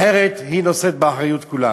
אחרת היא נושאת באחריות לכולם.